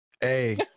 Hey